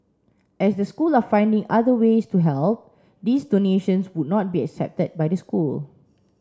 as the school are finding other ways to help these donations would not be accepted by the school